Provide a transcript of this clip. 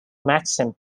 maxim